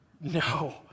No